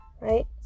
Right